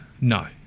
No